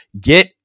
Get